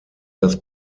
das